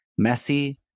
Messi